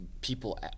people